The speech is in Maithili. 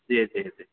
जी जी जी